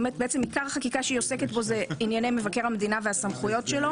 בעצם עיקר החקיקה שהיא עוסקת בו זה ענייני מבקר המדינה והסמכויות שלו,